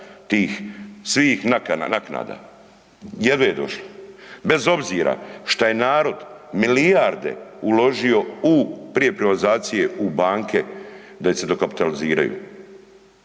svih naknada, jedva je došlo bez obzira šta je narod milijarde uložio u, prije privatizacije u banke da se dokapitaliziraju.